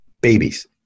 babies